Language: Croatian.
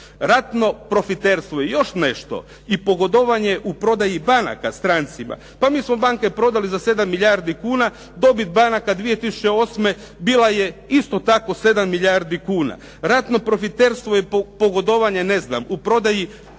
Ratno profiterstvo je još nešto i pogodovanje u prodaji banaka strancima. Pa mi smo banke prodali za 7 milijardi kuna. Dobit banaka 2008. bila je isto tako 7 milijardi kuna. Ratno profiterstvo je pogodovanje ne znam u prodaji